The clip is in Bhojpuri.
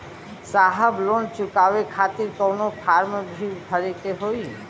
साहब लोन चुकावे खातिर कवनो फार्म भी भरे के होइ?